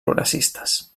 progressistes